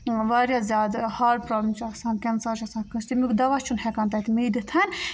واریاہ زیادٕ heart problem چھُ آسان کٮ۪نسَر چھُ آسان کٲنٛسہِ تمیُک دَوا چھُنہٕ ہٮ۪کان تَتہِ میٖدِتھ